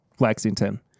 Lexington